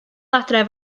adref